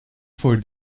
for